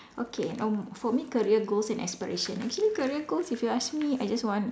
okay for for me career goals and aspiration actually career goals if you ask me I just want